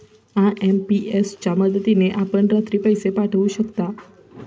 IMPS च्या मदतीने आपण रात्री पैसे पाठवू शकता